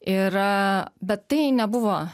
yra bet tai nebuvo